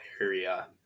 area